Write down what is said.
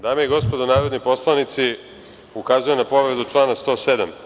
Dame i gospodo narodni poslanici, ukazujem na povredu člana 107.